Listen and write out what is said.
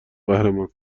قهرمان